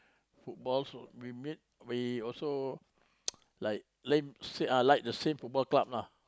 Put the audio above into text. football so we made we also like lame same like the same Football Club lah